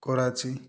Karachi